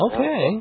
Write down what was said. Okay